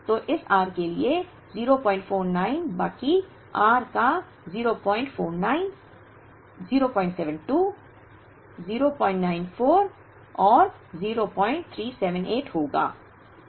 तो इस r के लिए 049 बाकी r का 049 072 094 और 0378 होगा